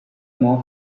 more